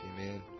Amen